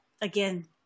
Again